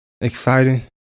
exciting